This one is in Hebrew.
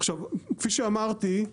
עכשיו כפי שאמרתי,